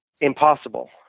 impossible